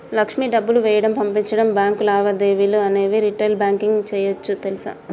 లక్ష్మి డబ్బులు వేయడం, పంపించడం, బాంకు లావాదేవీలు అనేవి రిటైల్ బాంకింగ్ సేయోచ్చు తెలుసా